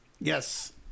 Yes